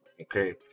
okay